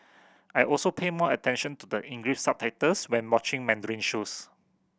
I also pay more attention to the English subtitles when watching Mandarin shows